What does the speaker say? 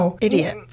Idiot